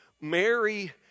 Mary